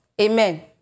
Amen